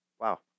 Wow